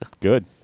good